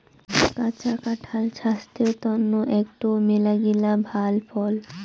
কাঁচা কাঁঠাল ছাস্থের তন্ন আকটো মেলাগিলা ভাল ফল